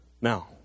Now